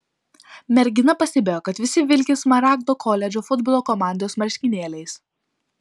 mergina pastebėjo kad visi vilki smaragdo koledžo futbolo komandos marškinėliais